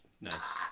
Nice